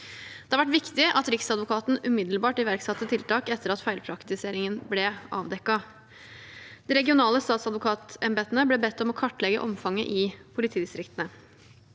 Det har vært viktig at Riksadvokaten umiddelbart iverksatte tiltak etter at feilpraktiseringen ble avdekket. De regionale statsadvokatembetene ble bedt om å kartlegge omfanget i politidistriktene.